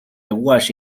awash